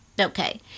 Okay